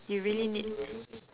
you really need